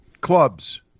clubs